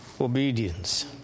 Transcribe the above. obedience